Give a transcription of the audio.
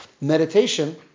Meditation